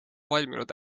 valminud